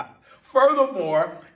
Furthermore